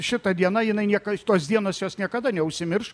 šita diena jinai niekas tos dienos jos niekada neužsimirš